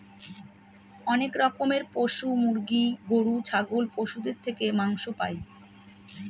অনেক রকমের পশু মুরগি, গরু, ছাগল পশুদের থেকে মাংস পাই